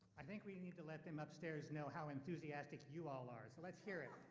i think we need to let them upstairs know how enthusiastic you all are, so let's hear it.